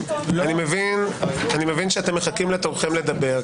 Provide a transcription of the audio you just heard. אני מבין שאתם מחכים לתורכים לדבר.